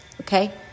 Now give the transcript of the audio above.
okay